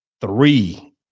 three